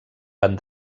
van